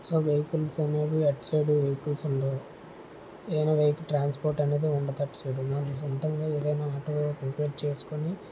so vehicles అనేవి అటు side vehicles ఉండవు ఏవైనా వెహిక ట్రాన్స్పోర్ట్ అనేది మనం సొంతంగా ఏదైనా ఆటో ప్రిపేర్ చేసుకుని